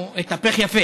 הוא התהפך יפה